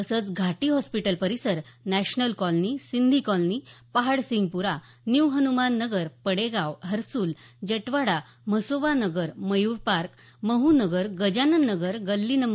तसंच घाटी हॉस्पीटल परिसर national colony Sindhi colony Pahadsingpura new Hanuman Nagar Padegaon Harsul Jatwada Mhasoba Nagar Mayur park Mahu Nagar Gajanan Nagar गल्ली नं